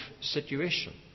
situation